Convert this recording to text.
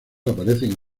aparecen